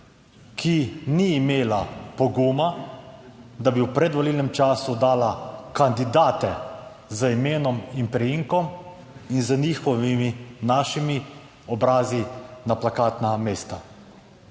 ki ni imela poguma, da bi v predvolilnem času dala kandidate z imenom in priimkom in z njihovimi, našimi obrazi, na plakatna mesta.